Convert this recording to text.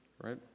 right